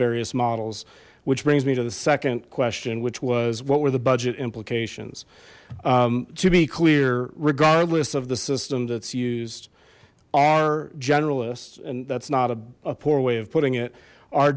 various models which brings me to the second question which was what were the budget implications to be clear regardless of the system that's used our generalists and that's not a poor way of putting it our